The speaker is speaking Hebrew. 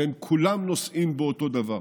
והם כולם נושאים באותו דבר.